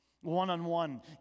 One-on-one